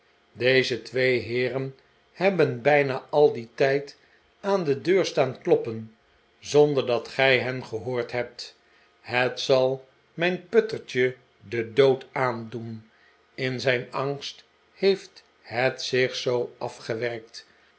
deze twee heeren hebben bijna al dien tijd aan de deur staan kloppen zonder dat gij hen gehoord hebt het zal mijn puttertje den dood aandoen in zijn angst heeft het zich zoo